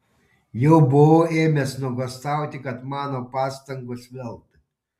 jau buvau ėmęs nuogąstauti kad mano pastangos veltui